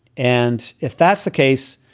and if that's the case.